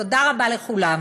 תודה רבה לכולם.